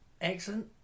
excellent